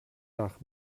nach